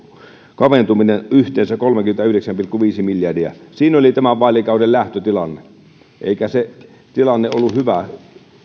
kaventuminen yhteensä kolmekymmentäyhdeksän pilkku viisi miljardia siinä oli tämän vaalikauden lähtötilanne eikä se tilanne ollut hyvä